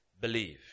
Believe